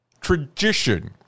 tradition